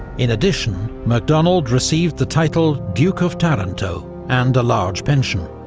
in addition, macdonald received the title duke of taranto and a large pension.